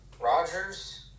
Rogers